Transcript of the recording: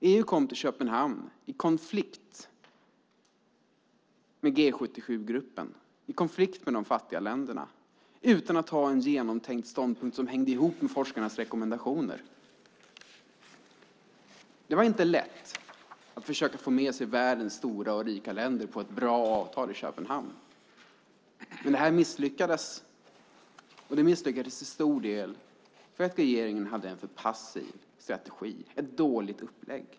EU kom till Köpenhamn i konflikt med G77-gruppen, i konflikt med de fattiga länderna, utan att ha en genomtänkt ståndpunkt som hängde ihop med forskarnas rekommendationer. Det var inte lätt att försöka få med sig världens stora och rika länder på ett bra avtal i Köpenhamn. Det misslyckades, och det misslyckades till stor del för att regeringen hade en för passiv strategi - ett dåligt upplägg.